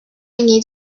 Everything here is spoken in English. need